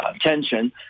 tension